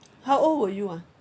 how old were you ah